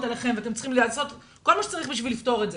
עליכם ואתם צריכים לעשות כל מה שצריך בשביל לפתור את זה,